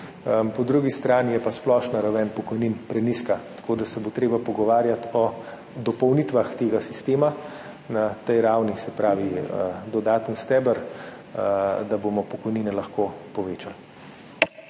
Po drugi strani je pa splošna raven pokojnin prenizka, tako da se bo treba pogovarjati o dopolnitvah tega sistema na tej ravni, se pravi dodaten steber, da bomo lahko povečali